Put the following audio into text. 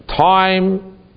time